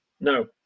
No